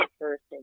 person